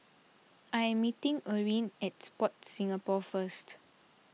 I am meeting Eryn at Sport Singapore first